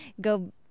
go